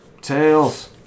Tails